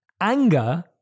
Anger